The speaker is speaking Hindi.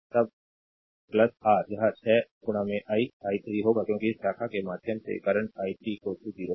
तब आर यह 6 i i3 होगा क्योंकि इस शाखा के माध्यम से करंट i3 0 है